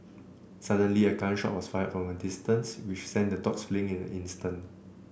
suddenly a gun shot was fired from a distance which sent the dogs fleeing in an instant